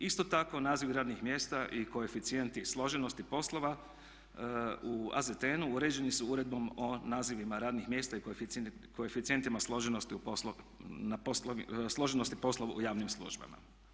Isto tako nazivi radnih mjesta i koeficijenti složenosti poslova u AZTN-u uređeni su Uredbom o nazivima radnih mjesta i koeficijentima složenosti poslova u javnim službama.